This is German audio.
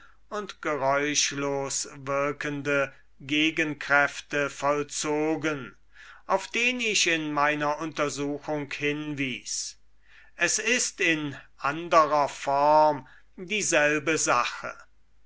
und geräuschlos wirkende gegenkräfte vollzogen auf den ich in meiner unter suchung hinwies es ist in anderer form dieselbe sache